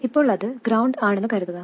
ഇപ്പോൾ അത് ഗ്രൌണ്ട് ആണെന്ന് കരുതുക